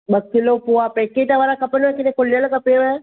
ॿ kilo poha packet वारा खपनव की न खुलियल खपेव